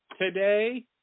Today